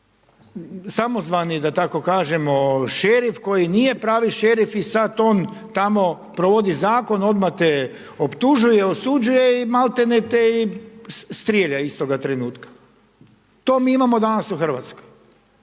samozvani da tako kažemo šerif koji nije pravi šerif i sada on tamo provodi zakon odmah te optužuju, osuđuje i maltene te i strelja istoga trenutka. To mi imamo danas u Hrvatskoj.